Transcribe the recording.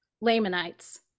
Lamanites